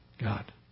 God